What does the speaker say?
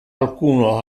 alcuno